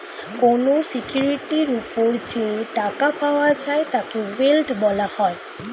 কোন সিকিউরিটির উপর যে টাকা পাওয়া যায় তাকে ইয়েল্ড বলা হয়